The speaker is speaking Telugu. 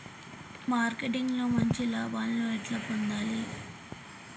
మార్కెటింగ్ లో మంచి లాభాల్ని ఎట్లా పొందాలి?